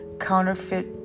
counterfeit